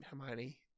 Hermione